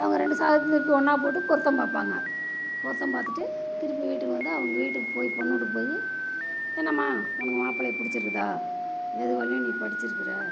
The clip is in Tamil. அவங்க ரெண்டு ஜாதகத்த திருப்பி ஒன்றா போட்டு பொருத்தம் பார்ப்பாங்க பொருத்தம் பார்த்துட்டு திருப்பி வீட்டுக்கு வந்து அவங்க வீட்டுக்கு போய் பொண்ணு வீட்டுக்கு போய் என்னம்மா உனக்கு மாப்பிள்ளையை பிடிச்சிருக்குதா எது வரையிலும் நீ படிச்சிருக்கிற